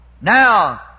Now